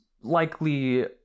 likely